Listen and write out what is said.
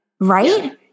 right